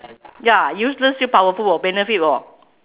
ya useless still powerful orh benefit [wor]